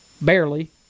Barely